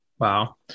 Wow